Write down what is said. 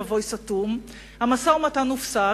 סתום, המשא-ומתן הופסק.